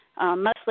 mostly